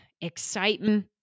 excitement